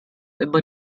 immer